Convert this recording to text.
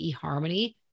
eHarmony